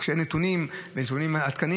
וכשאין נתונים עדכניים,